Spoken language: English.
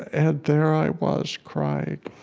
and there i was, crying.